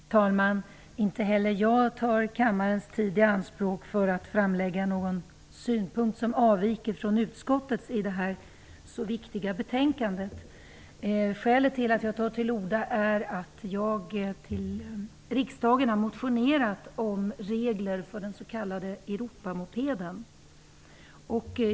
Fru talman! Inte heller jag tar kammarens tid i anspråk för att framlägga någon synpunkt som avviker från utskottets i detta så viktiga betänkande. Skälet till att jag tar till orda är att jag till riksdagen har motionerat om regler för den s.k. Europamopeden.